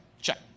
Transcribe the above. check